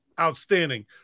outstanding